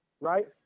right